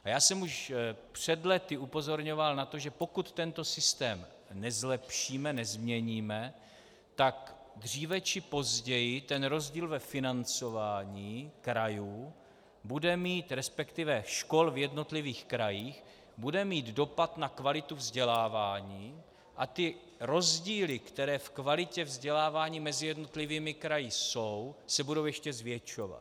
Já jsem už před lety upozorňoval na to, že pokud tento systém nezlepšíme, nezměníme, tak dříve či později ten rozdíl financování krajů bude mít, resp. škol v jednotlivých krajích, dopad na kvalitu vzdělávání a tyto rozdíly, které v kvalitě vzdělávání mezi jednotlivých kraji jsou, se budou ještě zvětšovat.